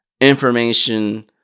information